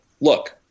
look